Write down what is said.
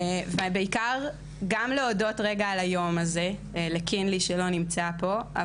ובעיקר גם להודות רגע על היום הזה- לקינלי שלא נמצא פה,